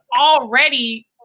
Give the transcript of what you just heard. already